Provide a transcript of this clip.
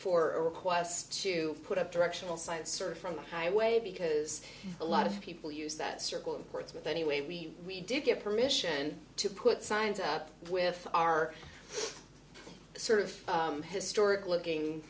for a request to put up directional side surf from the highway because a lot of people use that circle in portsmouth anyway we did get permission to put signs up with our sort of historic looking